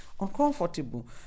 uncomfortable